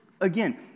again